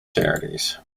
charities